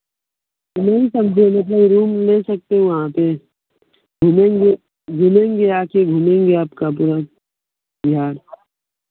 room सब दे लेकर रूम ले सकते हैं वहाँ पर मिलेंगे मिलेंगे आकर घूमेंगे आकर आपका पूरा बिहार